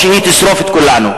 או שהיא תשרוף את כולנו.